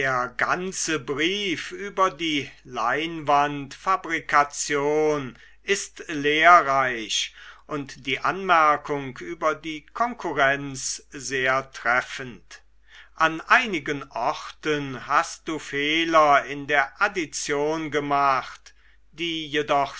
ganze brief über die leinwandfabrikation ist lehrreich und die anmerkung über die konkurrenz sehr treffend an einigen orten hast du fehler in der addition gemacht die jedoch